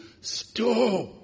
stop